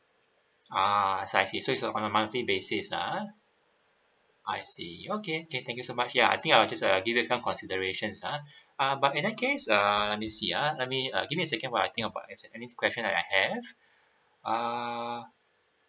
uh I see so is on a monthly basis ah I see okay can thank you so much ya I think I will just uh give you some considerations ah uh but in that case err you see ah let me uh give me a second I want to think about any question I have err